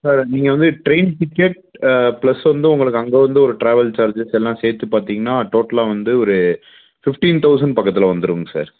sir நீங்கள் வந்து train ticket plus வந்து உங்களுக்கு அங்கேருந்து ஒரு ட்ராவல்ஸ் சார்ஜஸ் எல்லாம் சேர்த்து பார்த்திங்கன்னா டோட்டலாக வந்து ஒரு ஃபிஃப்டின் தௌசண்ட் பக்கத்தில் வந்துருங்க சார்